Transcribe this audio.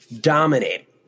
dominate